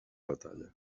batalla